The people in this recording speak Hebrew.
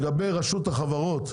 לגבי רשות החברות,